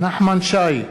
נחמן שי,